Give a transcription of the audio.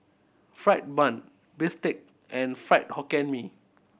fried bun bistake and Fried Hokkien Mee